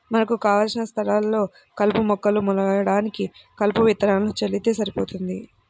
మనకు కావలసిన స్థలాల్లో కలుపు మొక్కలు మొలవడానికి కలుపు విత్తనాలను చల్లితే సరిపోతుంది